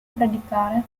predicare